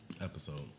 episode